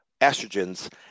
estrogens